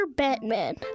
Batman